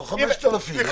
לא 5,000. מה פתאום.